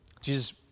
Jesus